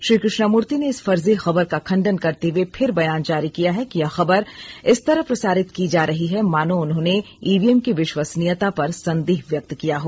श्री कृष्णामूर्ति ने इस फर्जी खबर का खंडन करते हुए फिर बयान जारी किया है कि यह खबर इस तरह प्रसारित की जा रही है मानो उन्होंने ईवीएम की विश्वसनीयता पर संदेह व्य क्त किया हो